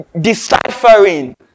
deciphering